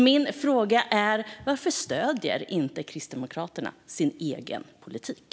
Min fråga är därför: Varför stöder Kristdemokraterna inte sin egen politik?